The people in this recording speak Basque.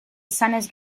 izanez